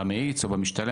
ב"מאיץ" או ב"משתלם",